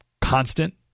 constant